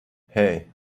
hey